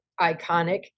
iconic